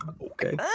Okay